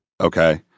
Okay